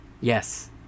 yes